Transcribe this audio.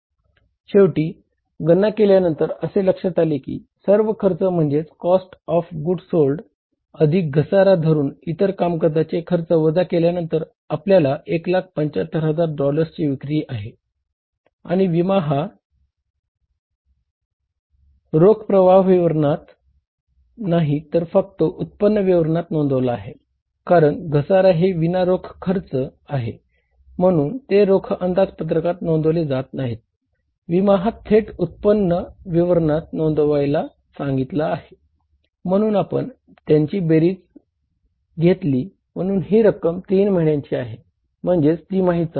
शेवटी गणना केल्यानंतर असे लक्षात आले की सर्व खर्च म्हणजेच कॉस्ट ऑफ गुड्स सोल्ड नोंदवायला सांगितले आहे म्हणून आपण त्याची बेरीज घेतली म्हणून ही रक्कम 3 महिन्यांची आहे म्हणजेच तिमाहीची आहे